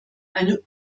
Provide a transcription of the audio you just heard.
eine